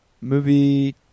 movie